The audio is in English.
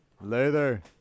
Later